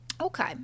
okay